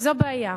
זו בעיה.